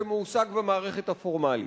שמועסק במערכת הפורמלית.